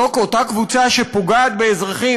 אותה קבוצה שפוגעת באזרחים,